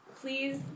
please